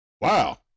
Wow